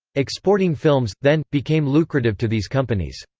exporting films, then, became lucrative to these companies.